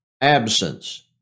absence